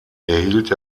erhielt